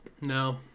No